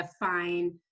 define